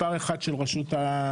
מספר אחד של רשות האוכלוסין,